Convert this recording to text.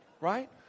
Right